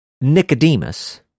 Nicodemus